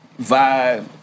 vibe